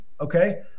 Okay